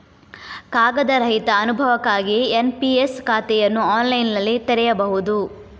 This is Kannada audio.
ಕಾಗದ ರಹಿತ ಅನುಭವಕ್ಕಾಗಿ ಎನ್.ಪಿ.ಎಸ್ ಖಾತೆಯನ್ನು ಆನ್ಲೈನಿನಲ್ಲಿ ತೆರೆಯಬಹುದು